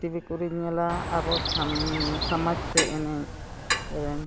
TV ᱠᱚᱨᱮᱧ ᱧᱮᱞᱟ ᱟᱵᱚ ᱥᱚᱢᱟᱡᱽᱛᱮ ᱮᱱᱮᱡ ᱥᱮᱨᱮᱧ